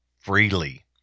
freely